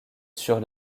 sur